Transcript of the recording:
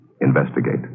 investigate